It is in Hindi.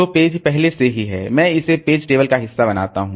तो पेज पहले से ही है मैं इसे पेज टेबल का हिस्सा बनाता हूं